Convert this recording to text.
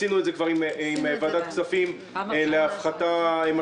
עשינו את זה כבר עם ועדת הכספים להפחתה משמעותית,